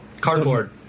Cardboard